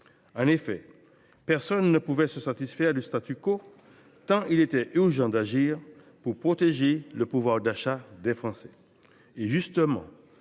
En effet, personne ne pouvait se satisfaire du tant il était urgent d’agir pour protéger le pouvoir d’achat des Français. Justement,